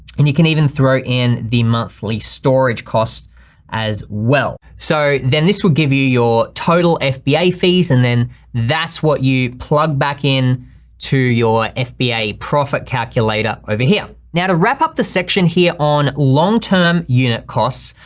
and you can even throw in the monthly storage costs as well. so then this will give you your total ah fba fees and then that's what you plugged back in to your ah fba profit calculator over here. now to wrap up the section here on long-term unit costs,